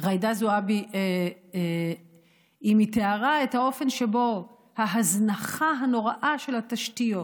ג'ידא זועבי תיארה את ההזנחה הנוראה של התשתיות,